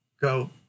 go